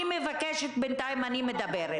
--- אני מבקשת, בינתיים אני מדברת.